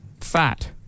FAT